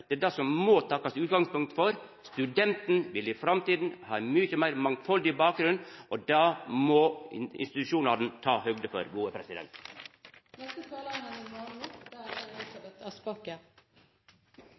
Det er det som må vera utgangspunktet. Studenten vil i framtida ha ein mykje meir mangfaldig bakgrunn, og det må institusjonane ta høgde for. Jeg skal slutte på